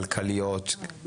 כלכליות,